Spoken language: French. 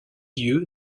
lieu